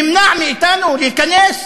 נמנע מאתנו להיכנס,